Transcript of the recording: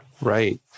Right